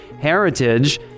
heritage